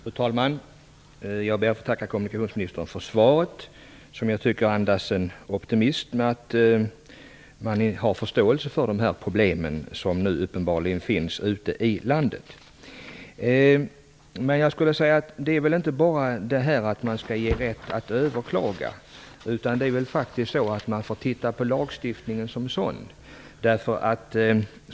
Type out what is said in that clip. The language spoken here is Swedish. Fru talman! Jag ber att få tacka kommunikationsministern för svaret, som jag tycker andas optimism och som tyder på att kommunikationsministern har förståelse för de problem av det här slaget som nu uppenbarligen finns ute i landet. Men det handlar inte bara om att ge rätt att överklaga, utan man måste också titta på lagstiftningen som sådan.